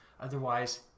otherwise